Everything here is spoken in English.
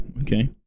Okay